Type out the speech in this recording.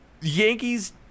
Yankees